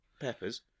peppers